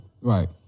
right